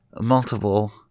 Multiple